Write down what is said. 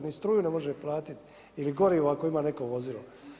Ni struju ne može platit ili gorivo ako ima neko vozilo.